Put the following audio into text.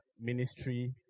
ministry